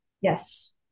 Yes